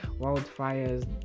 wildfires